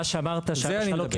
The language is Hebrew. מה שאמרת שאבא שלך לא קיבל,